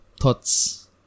thoughts